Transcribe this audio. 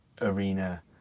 arena